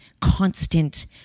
constant